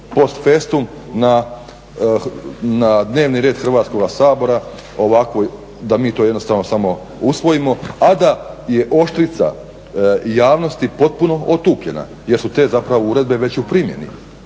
post festum na dnevni red Hrvatskoga sabora ovako da mi to jednostavno samo usvojimo a da je oštrica javnosti potpuno otupljena jer su te zapravo uredbe već u primjeni.